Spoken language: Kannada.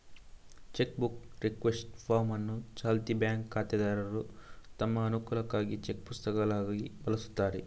ಚೆಕ್ ಬುಕ್ ರಿಕ್ವೆಸ್ಟ್ ಫಾರ್ಮ್ ಅನ್ನು ಚಾಲ್ತಿ ಬ್ಯಾಂಕ್ ಖಾತೆದಾರರು ತಮ್ಮ ಅನುಕೂಲಕ್ಕಾಗಿ ಚೆಕ್ ಪುಸ್ತಕಗಳಿಗಾಗಿ ಬಳಸ್ತಾರೆ